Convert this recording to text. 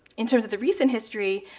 in terms of the recent history,